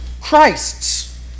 Christs